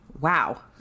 Wow